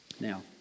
Now